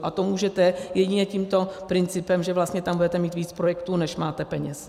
A to můžete jedině tímto principem, že vlastně tam budete mít víc projektů, než máte peněz.